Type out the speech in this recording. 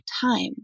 time